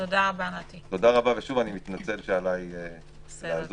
תודה רבה ושוב אני מתנצל שעליי לעזוב.